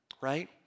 right